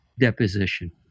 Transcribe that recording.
Deposition